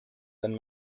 than